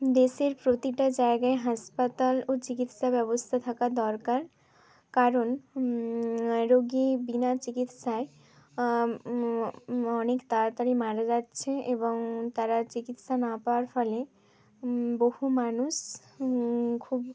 দেশের প্রতিটা জায়গায় হাসপাতাল ও চিকিৎসা ব্যবস্থা থাকা দরকার কারণ রুগী বিনা চিকিৎসায় অনেক তাড়াতাড়ি মারা যাচ্ছে এবং তারা চিকিৎসা না পাওয়ার ফলে বহু মানুষ খুব